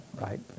right